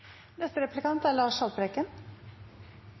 Neste replikant er